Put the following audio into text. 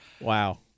Wow